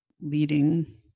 leading